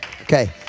Okay